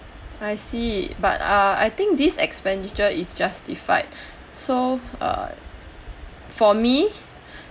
I see but uh I think this expenditure is justified so uh for me